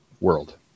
world